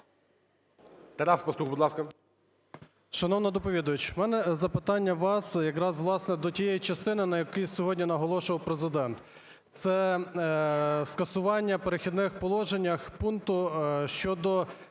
Тарас Пастух, будь ласка.